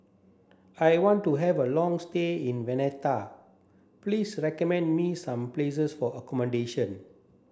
I want to have a long stay in Valletta please recommend me some places for accommodation